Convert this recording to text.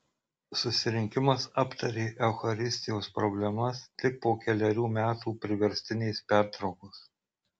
susirinkimas aptarė eucharistijos problemas tik po kelerių metų priverstinės pertraukos